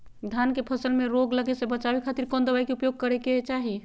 धान के फसल मैं रोग लगे से बचावे खातिर कौन दवाई के उपयोग करें क्या चाहि?